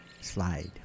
slide